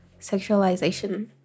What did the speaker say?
sexualization